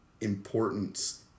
importance